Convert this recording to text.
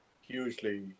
hugely